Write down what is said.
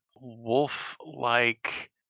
wolf-like